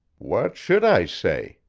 what should i say?